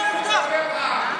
זה העובדות,